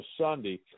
Sunday